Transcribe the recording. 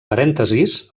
parèntesis